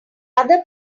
other